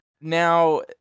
Now